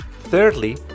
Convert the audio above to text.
Thirdly